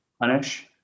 punish